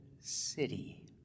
city